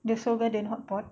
the Seoul Garden hotpot